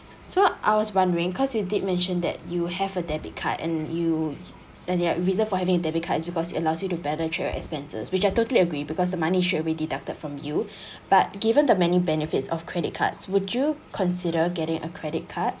so I was wondering because you did mention that you have a debit card and you and your reason for having a debit card is because it allows you to better track your expenses which I totally agree because the money should be deducted from you but given the many benefits of credit cards would you consider getting a credit card